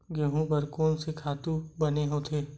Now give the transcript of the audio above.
गेहूं बर कोन से खातु बने होथे?